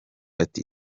ati